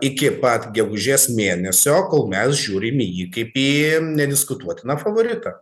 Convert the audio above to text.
iki pat gegužės mėnesio kol mes žiūrim į jį kaip į nediskutuotiną favoritą